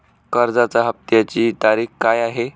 कर्जाचा हफ्त्याची तारीख काय आहे?